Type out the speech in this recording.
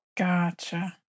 Gotcha